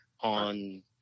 on